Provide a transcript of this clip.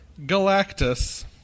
Galactus